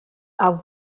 auf